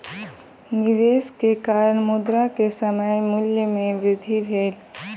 निवेश के कारण, मुद्रा के समय मूल्य में वृद्धि भेल